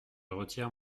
retire